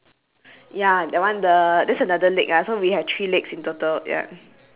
oh there's no leg protruding from the b~ outside of the guy look at th~ look at the boy